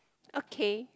okay